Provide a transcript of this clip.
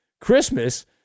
Christmas